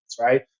right